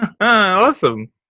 Awesome